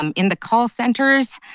um in the call centers,